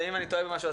ואם אני טועה במשהו,